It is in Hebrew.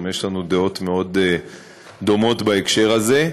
גם יש לנו דעות מאוד דומות בהקשר זה.